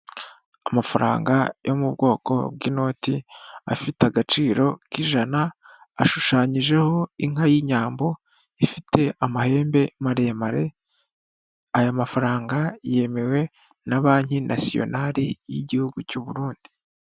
Amafaranga yo mu bwoko bw'inoti afite agaciro k'ijana ashushanyijeho inka y'inyambo ifite amahembe maremare, aya mafaranga yemewe na banki nasiyonari y'igihugu cy'u Burundi.